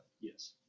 Yes